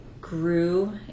grew